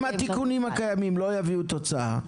אם התיקונים הקיימים לא יביאו תוצאה,